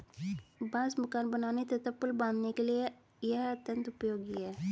बांस मकान बनाने तथा पुल बाँधने के लिए यह अत्यंत उपयोगी है